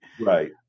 Right